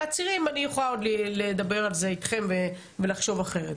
על העצירים אני עוד יכולה לדבר אתכם ולחשוב אחרת.